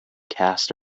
cast